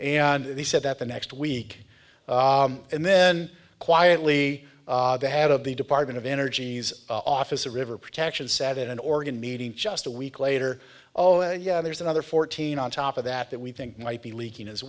and he said that the next week and then quietly the head of the department of energy's office or river protection said in an organ meeting just a week later oh yeah there's another fourteen on top of that that we think might be leaking as